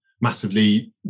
massively